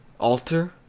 alter?